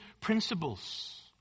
principles